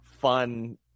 fun